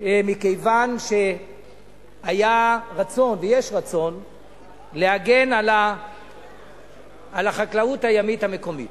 כיוון שהיה רצון ויש רצון להגן על החקלאות הימית המקומית.